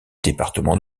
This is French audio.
département